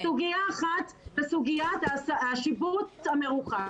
סוגיה אחת זה סוגיית השיבוץ המרוחק.